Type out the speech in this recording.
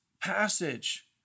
passage